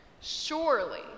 Surely